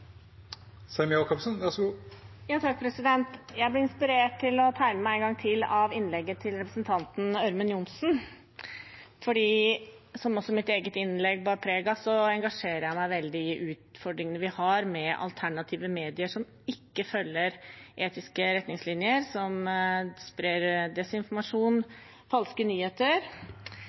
til å tegne meg en gang til, for – som også mitt eget innlegg bar preg av – engasjerer jeg meg veldig i utfordringene vi har med alternative medier som ikke følger etiske retningslinjer, som sprer desinformasjon og falske nyheter.